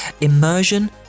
immersion